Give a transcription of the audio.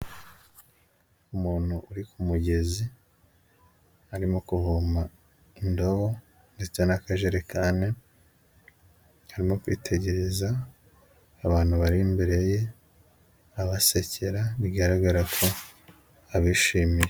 Umuntu uri ku mugezi arimo kuvoma indabo ndetse n'akajerekane, arimo kwitegereza abantu bari imbere ye abasekera bigaragara ko abishimiye.